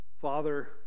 Father